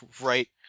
right